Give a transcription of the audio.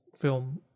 film